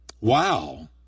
Wow